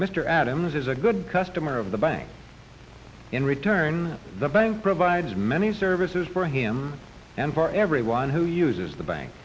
mr adams is a good customer of the bank in return the bank provides many services for him and for everyone who uses the bank